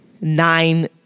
nine